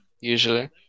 usually